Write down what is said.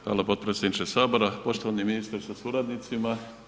Hvala potpredsjedniče Sabora, poštovani ministre sa suradnicima.